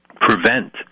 prevent